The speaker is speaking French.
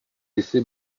laissé